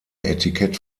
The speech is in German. etikett